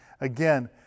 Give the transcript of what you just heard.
Again